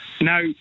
now